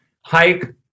hike